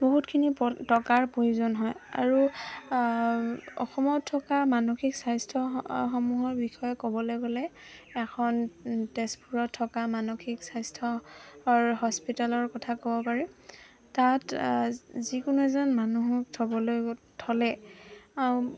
বহুতখিনি টকাৰ প্ৰয়োজন হয় আৰু অসমত থকা মানসিক স্বাস্থ্যসমূহৰ বিষয়ে ক'বলৈ গ'লে এখন তেজপুৰত থকা মানসিক স্বাস্থ্যৰ হস্পিটেলৰ কথা ক'ব পাৰি তাত যিকোনো এজন মানুহক থ'বলৈ থ'লে